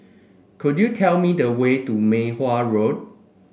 could you tell me the way to Mei Hwan Road